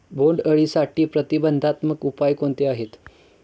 बोंडअळीसाठी प्रतिबंधात्मक उपाय कोणते आहेत?